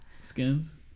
Skins